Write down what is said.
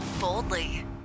boldly